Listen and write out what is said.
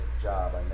job